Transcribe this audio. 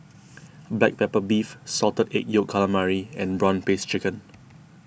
Black Pepper Beef Salted Egg Yolk Calamari and Prawn Paste Chicken